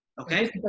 okay